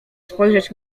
spojrzeć